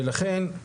ולכן,